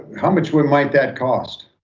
how much would might that cost?